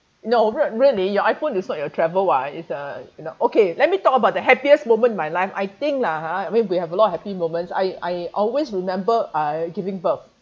no rea~ really your iphone is not your travel one is uh you know okay let me talk about the happiest moment in my life I think lah ha I mean we have a lot of happy moments I I always remember I giving birth